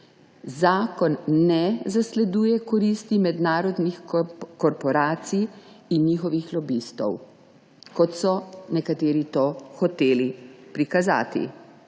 Zakon ne zasleduje koristi mednarodnih korporacij in njihovih lobistov, kot so nekateri to hoteli prikazati.